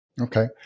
Okay